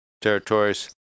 territories